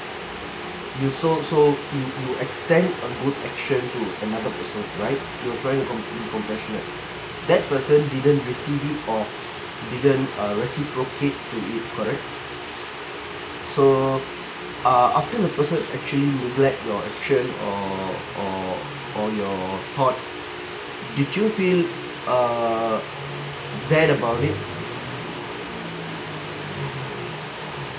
you so so you you extend a good action to another person right you trying to com~ be compassionate that person didn't receive it or didn't uh reciprocate to it correct so uh after the person actually neglect your action or or or your thought did you feel err bad about it